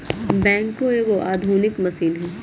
backhoe एगो आधुनिक machine हइ